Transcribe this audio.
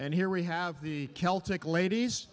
and here we have the celtic ladies